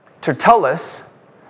Tertullus